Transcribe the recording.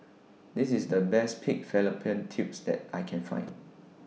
This IS The Best Pig Fallopian Tubes that I Can Find